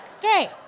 Great